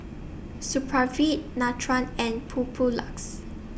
Supravit Nutren and Papulex